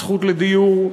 הזכות לדיור.